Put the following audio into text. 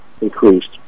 increased